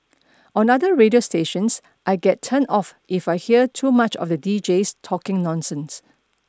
on other radio stations I get turned off if I hear too much of the deejays talking nonsense